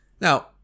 Now